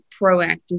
proactive